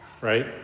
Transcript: right